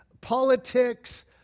politics